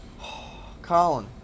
Colin